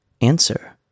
Answer